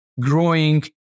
growing